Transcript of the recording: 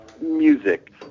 music